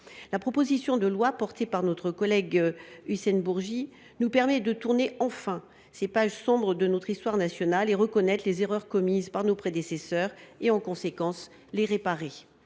La proposition de loi défendue par notre collègue Hussein Bourgi nous permet de tourner, enfin, ces pages sombres de notre histoire nationale, de reconnaître les erreurs commises par nos prédécesseurs et, en conséquence, de les réparer.